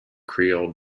creole